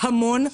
יש המון,